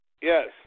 Yes